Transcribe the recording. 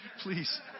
please